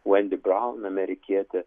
vaindi graun amerikietė